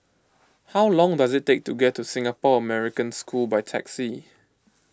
how long does it take to get to Singapore American School by taxi